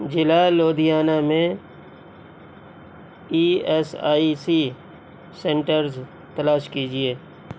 ضلع لدھیانہ میں E S I C centres تلاش کیجیے